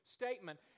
statement